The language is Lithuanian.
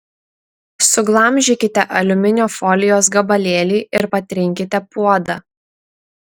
suglamžykite aliuminio folijos gabalėlį ir patrinkite puodą